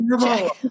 check